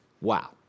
wow